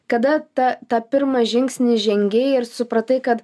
kada tą tą pirmą žingsnį žengei ir supratai kad